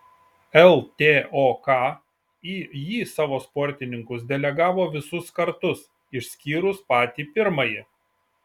ltok į jį savo sportininkus delegavo visus kartus išskyrus patį pirmąjį